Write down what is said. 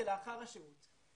לאחר השירות.